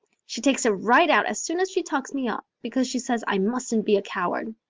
she takes it right out as soon as she tucks me up because she says i mustn't be a coward.